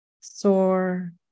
sore